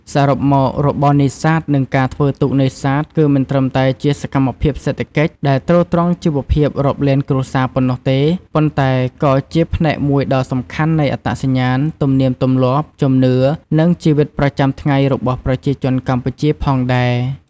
សរុបមក របរនេសាទ និងការធ្វើទូកនេសាទ គឺមិនត្រឹមតែជាសកម្មភាពសេដ្ឋកិច្ចដែលទ្រទ្រង់ជីវភាពរាប់លានគ្រួសារប៉ុណ្ណោះទេ ប៉ុន្តែក៏ជាផ្នែកមួយដ៏សំខាន់នៃអត្តសញ្ញាណ ទំនៀមទម្លាប់ ជំនឿ និងជីវិតប្រចាំថ្ងៃរបស់ប្រជាជនកម្ពុជាផងដែរ។